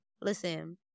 Listen